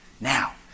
Now